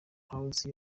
house